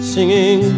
Singing